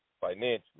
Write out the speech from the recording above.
financially